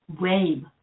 wave